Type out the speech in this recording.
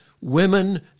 women